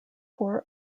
four